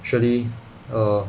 surely err